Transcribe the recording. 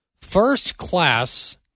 first-class